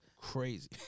Crazy